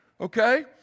Okay